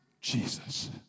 Jesus